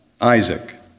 Isaac